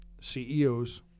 CEOs